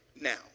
Now